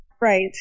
Right